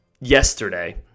yesterday